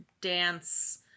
dance